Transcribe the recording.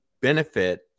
benefit